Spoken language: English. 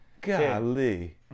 Golly